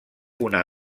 una